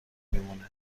میمونه